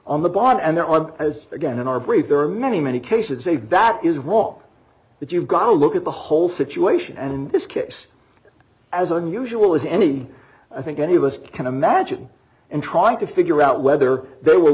on the bottom and there are as again in our brief there are many many cases say that is wrong but you've got to look at the whole situation and this case as unusual as any i think any of us can imagine and trying to figure out whether they were